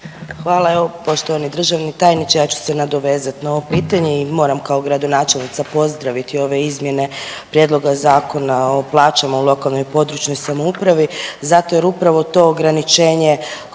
Hvala. Evo poštovani državni tajniče, ja ću se nadovezati na ovo pitanje i moram kao gradonačelnica pozdraviti ove izmjene Prijedloga Zakona o plaćama u lokalnoj i područnoj samoupravi zato jer upravo to ograničenje